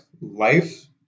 life